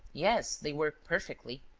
yes. they work perfectly.